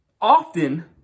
often